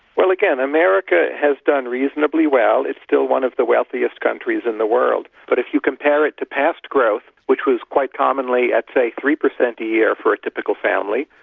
well again, america has done reasonably well. it's still one of the wealthiest countries in the world, but if you compare it to past growth which was quite commonly i'd say three percent a year for a typical family,